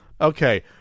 Okay